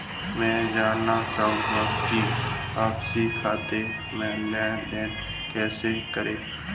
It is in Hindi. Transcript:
मैं जानना चाहूँगा कि आपसी खाते में लेनदेन कैसे करें?